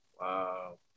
Wow